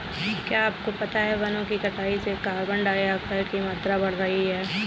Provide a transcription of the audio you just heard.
क्या आपको पता है वनो की कटाई से कार्बन डाइऑक्साइड की मात्रा बढ़ रही हैं?